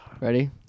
Ready